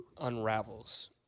unravels